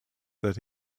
that